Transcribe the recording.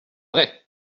vrai